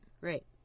Right